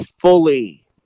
fully